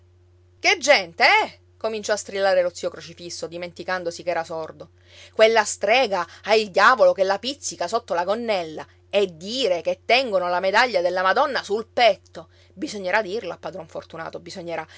che gente eh cominciò a strillare lo zio crocifisso dimenticandosi che era sordo quella strega ha il diavolo che la pizzica sotto la gonnella e dire che tengono la medaglia della madonna sul petto bisognerà dirlo a padron fortunato bisognerà